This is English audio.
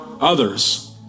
others